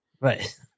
Right